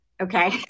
okay